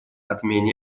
отмене